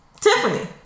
Tiffany